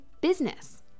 business